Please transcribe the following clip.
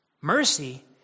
Mercy